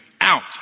out